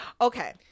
Okay